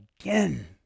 again